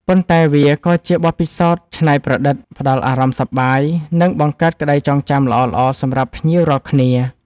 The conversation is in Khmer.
ប៉ុន្តែវាក៏ជាបទពិសោធន៍ច្នៃប្រឌិត ផ្តល់អារម្មណ៍សប្បាយ និងបង្កើតក្តីចងចាំល្អៗសម្រាប់ភ្ញៀវរាល់គ្នា។